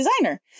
designer